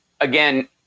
again